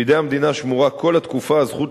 בידי המדינה שמורה כל התקופה זכות